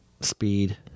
Speed